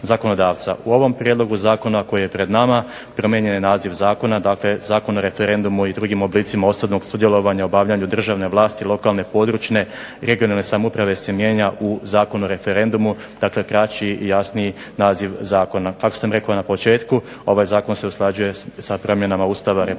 U ovom Prijedlogu zakona koji je pred nama promijenjen je naziv Zakona, dakle Zakon o referendumu i drugim oblicima osobnog sudjelovanja u obavljanja državne vlasti, lokalne, područne i regionalne samouprave se mijenja u Zakon o referendumu, dakle kraći i jasniji naziv Zakona. Kako sam rekao na početku ovaj Zakon se usklađuje sa promjenama Ustava Republike